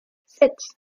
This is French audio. sept